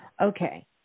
Okay